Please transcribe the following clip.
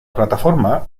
plataforma